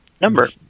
Number